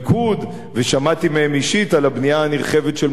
ושמעתי מהם אישית על הבנייה הנרחבת של מוסדות חינוך.